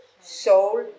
soul